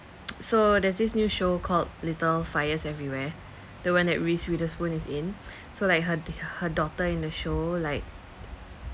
so there's this new show called little fires everywhere the one that reese witherspoon is in so like her her daughter in the show like